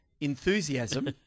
enthusiasm